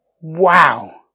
Wow